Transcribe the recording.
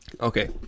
Okay